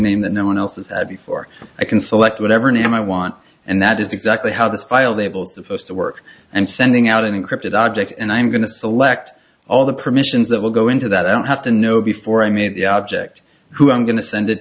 name that no one else before i can select whatever name i want and that is exactly how this file labels supposed to work and sending out an encrypted object and i'm going to select all the permissions that will go into that i don't have to know before i meet the object who i'm going to send it